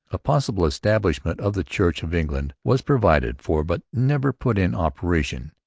a possible establishment of the church of england was provided for but never put in operation.